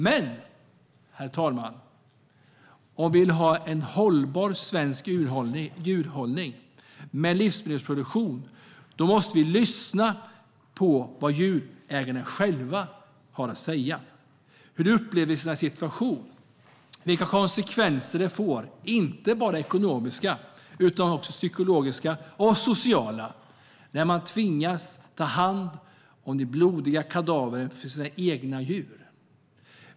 Men, herr talman, om vi vill ha en hållbar svensk djurhållning och livsmedelsproduktion, då måste vi lyssna på vad djurägarna själva säger om hur de upplever sin situation, vilka konsekvenser det får - inte bara ekonomiska utan också psykologiska och sociala - när man tvingas att ta hand om de blodiga kadavren från sina egna djur.